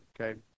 okay